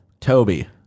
Toby